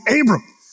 Abram